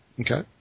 Okay